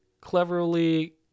cleverly